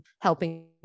helping